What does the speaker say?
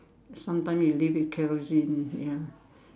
sometimes you live with kerosene ya